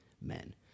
men